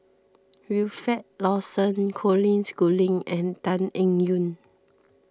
Wilfed Lawson Colin Schooling and Tan Eng Yoon